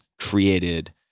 created